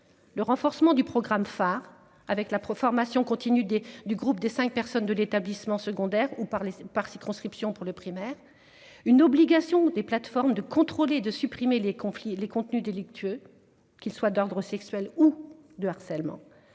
Le renforcement du programme phare avec la prof, formation continue des du groupe des 5 personnes de l'établissement secondaire ou par les par circonscription pour le primaire, une obligation des plateformes de contrôler et de supprimer les conflits les contenus délictueux. Qui soit d'ordre sexuel ou de harcèlement